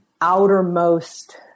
outermost